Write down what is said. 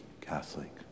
Catholic